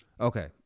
Okay